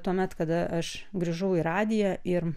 tuomet kada aš grįžau į radiją ir